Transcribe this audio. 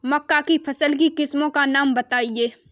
मक्का की फसल की किस्मों का नाम बताइये